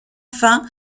fin